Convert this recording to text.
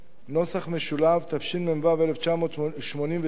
התשמ"ו 1986,